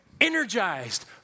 energized